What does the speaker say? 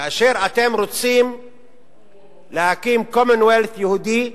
כאשר אתם רוצים להקים commonwealth יהודי,